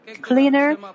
cleaner